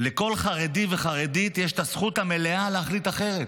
לכל חרדי וחרדית יש את הזכות המלאה להחליט אחרת.